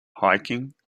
hiking